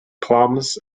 plums